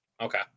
okay